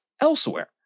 elsewhere